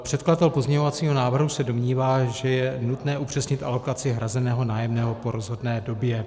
Předkladatel pozměňovacího návrhu se domnívá, že je nutné upřesnit alokaci hrazeného nájemného po rozhodné době.